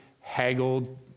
haggled